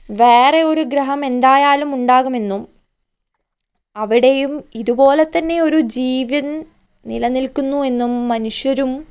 വേറെ ഒരു ഗ്രഹം എന്തായാലും ഉണ്ടാകുമെന്നും അവിടെയും ഇതുപോലെത്തന്നെ ഒരു ജീവൻ നിലനിൽക്കുന്നു എന്നും മനുഷ്യരും